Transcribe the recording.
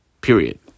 Period